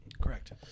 Correct